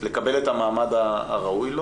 לקבל את המעמד הראוי לו